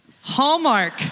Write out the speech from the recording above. Hallmark